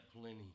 plenty